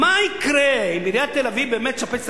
מה יקרה אם באמת עיריית תל-אביב תשפץ את